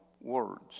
words